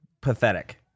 pathetic